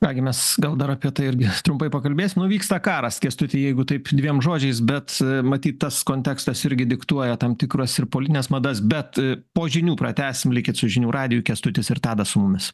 ką gi mes gal dar apie tai irgi trumpai pakalbėsim nu vyksta karas kęstuti jeigu taip dviem žodžiais bet matyt tas kontekstas irgi diktuoja tam tikras ir politines madas bet po žinių pratęsim likit su žinių radiju kęstutis ir tadas su mumis